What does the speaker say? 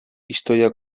historia